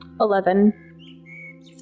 Eleven